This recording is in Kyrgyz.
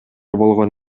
болгон